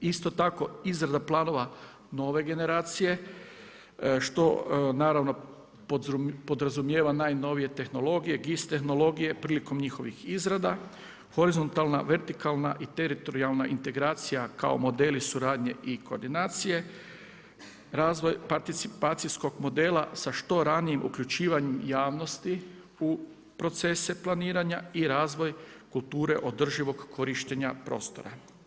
Isto tako izrada planova nove generacije što naravno podrazumijeva najnovije tehnologije GIS tehnologije prilikom njihovih izrada, horizontalna, vertikalna i teritorijalna integracija kao modeli suradnje i koordinacije, razvoj participacijskog modela sa što ranijim uključivanjem javnosti u procese planiranja i razvoj kulture održivog korištenja prostora.